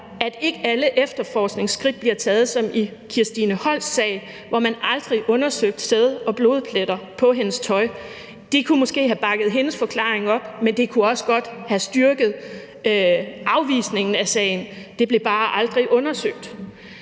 taget alle efterforskningsskridt, som det skete i Kirstine Holsts sag, hvor man aldrig undersøgte sæd- og blodpletter på hendes tøj. Det kunne måske have bakket hendes forklaring op, men det kunne også godt have styrket afvisningen af sagen. Det blev bare aldrig undersøgt.